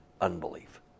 unbelief